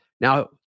Now